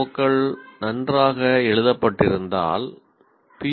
ஓக்கள் நன்றாக எழுதப்பட்டிருந்தால் பி